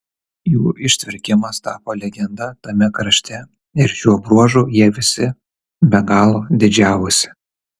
jų ištvirkimas tapo legenda tame krašte ir šiuo bruožu jie visi be galo didžiavosi